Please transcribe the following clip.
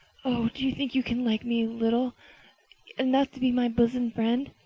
oh, do you think you can like me a little enough to be my bosom friend?